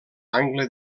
angle